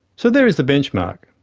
so there is the benchmark.